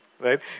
right